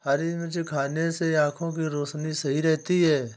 हरी मिर्च खाने से आँखों की रोशनी सही रहती है